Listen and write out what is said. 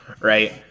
right